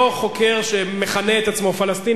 לא חוקר שמכנה את עצמו פלסטיני.